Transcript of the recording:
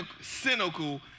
cynical